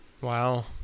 wow